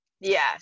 Yes